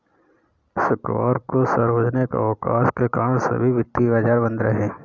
शुक्रवार को सार्वजनिक अवकाश के कारण सभी वित्तीय बाजार बंद रहे